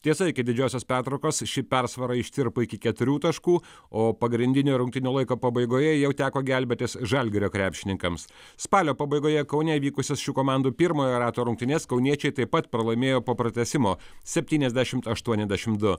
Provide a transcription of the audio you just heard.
tiesa iki didžiosios pertraukos ši persvara ištirpo iki keturių taškų o pagrindinio rungtynių laiko pabaigoje jau teko gelbėtis žalgirio krepšininkams spalio pabaigoje kaune įvykusios šių komandų pirmojo rato rungtynes kauniečiai taip pat pralaimėjo po pratęsimo septuniasdešimt aštuoniasdešimt du